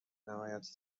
نهایت